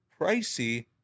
pricey